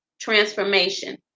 transformation